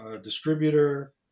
distributor